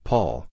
Paul